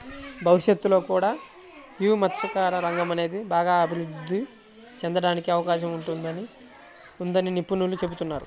భవిష్యత్తులో కూడా యీ మత్స్యకార రంగం అనేది బాగా అభిరుద్ధి చెందడానికి అవకాశం ఉందని నిపుణులు చెబుతున్నారు